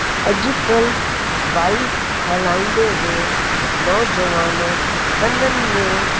अॼु कल्ह बाइक हलाईंदे हुए नौजवान कन्ननि में